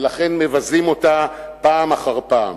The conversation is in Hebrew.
ולכן מבזים אותה פעם אחר פעם.